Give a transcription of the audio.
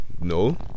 No